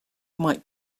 might